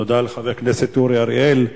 תודה לחבר הכנסת אורי אריאל.